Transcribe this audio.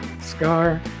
scar